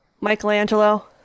Michelangelo